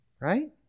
Right